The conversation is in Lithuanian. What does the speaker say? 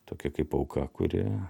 tokia kaip auka kuri